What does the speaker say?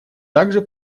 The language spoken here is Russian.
также